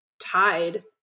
tied